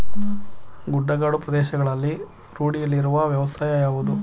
ಗುಡ್ಡಗಾಡು ಪ್ರದೇಶಗಳಲ್ಲಿ ರೂಢಿಯಲ್ಲಿರುವ ವ್ಯವಸಾಯ ಯಾವುದು?